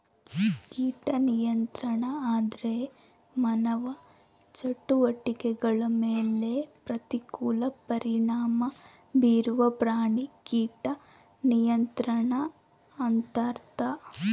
ಕೀಟ ನಿಯಂತ್ರಣ ಅಂದ್ರೆ ಮಾನವ ಚಟುವಟಿಕೆಗಳ ಮೇಲೆ ಪ್ರತಿಕೂಲ ಪರಿಣಾಮ ಬೀರುವ ಪ್ರಾಣಿ ಕೀಟ ನಿಯಂತ್ರಣ ಅಂತರ್ಥ